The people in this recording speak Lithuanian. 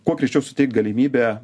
kuo greičiau suteikt galimybę